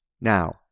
Now